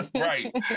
Right